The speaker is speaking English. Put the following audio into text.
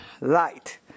light